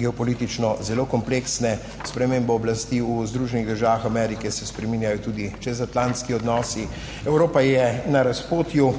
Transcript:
geopolitično zelo kompleksne. S spremembo oblasti v Združenih državah Amerike se spreminjajo tudi čezatlantski odnosi. Evropa je na razpotju.